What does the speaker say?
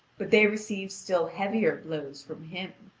but they receive still heavier blows from him.